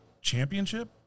championship